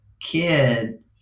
kid